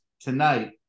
tonight